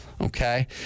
okay